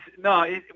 no